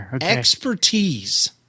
Expertise